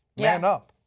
man up.